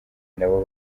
nabo